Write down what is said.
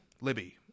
libby